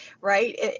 right